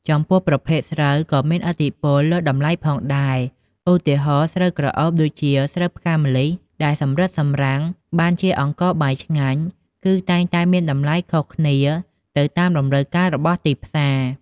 ចំពោះប្រភេទស្រូវ ក៏មានឥទ្ធិពលលើតម្លៃផងដែរ ឧទាហរណ៍ ស្រូវក្រអូបដូចជាស្រូវផ្កាម្លិះដែលសម្រិតសម្រាំងបានជាអង្ករបាយឆ្ងាញ់ គឺតែងតែមានតម្លៃថ្លៃខុសគ្នាទៅតាមតម្រូវការរបស់ទីផ្សារ។